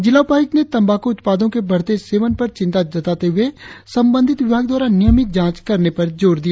जिला उपायुक्त ने तंबाक्र उत्पादो के बढ़ते सेवन पर चिंता जताते हुए संबंधित विभाग द्वारा नियमित जांच करने पर जोर दिया